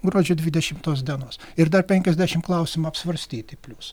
gruodžio dvidešimtos dienos ir dar penkiasdešimt klausimų apsvarstyti plius